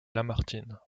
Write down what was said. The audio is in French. lamartine